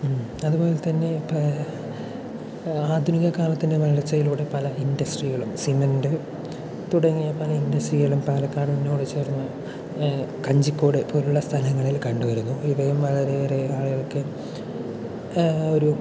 അതുപോലെത്തന്നെ ഇപ്പോൾ ആധുനിക കാലത്തിന്റെ വളർച്ചയിലൂടെ പല ഇൻഡസ്ട്രികളും സിമന്റ് തുടങ്ങിയ പല ഇൻഡസ്ട്രികളും പാലക്കാടിനോട് ചേർന്ന് കഞ്ചിക്കോട് പോലുള്ള സ്ഥലങ്ങളിൽ കണ്ടുവരുന്നു ഇവയും വളരെ ഏറെ ആളുകൾക്ക് ഒരു